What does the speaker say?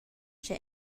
sche